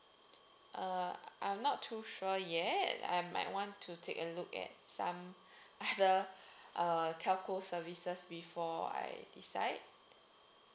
uh I'm not too sure yet I might want to take a look at some other uh telco services before I decide